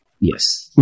Yes